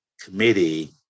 committee